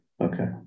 Okay